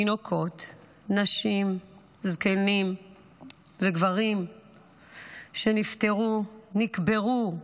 תינוקות, נשים, זקנים וגברים שנפטרו, נקברו,